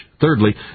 Thirdly